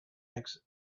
exit